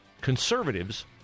Conservatives